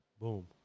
Boom